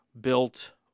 built